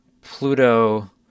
Pluto